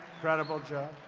incredible job.